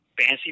fancy